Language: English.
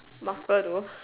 maker though